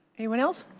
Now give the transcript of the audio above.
anyone else?